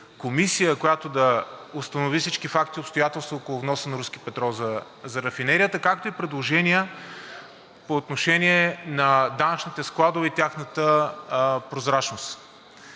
която да установи всички факти и обстоятелства около вноса на руски петрол за рафинерията, както и предложения по отношение на данъчните складове и тяхната прозрачност.